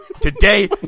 Today